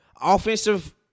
offensive